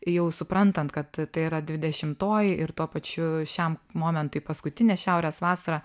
jau suprantant kad tai yra dvidešimtoji ir tuo pačiu šiam momentui paskutinė šiaurės vasara